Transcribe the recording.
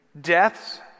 deaths